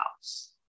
house